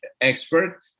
expert